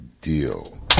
Deal